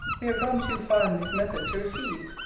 we have gone too far in this method to recede.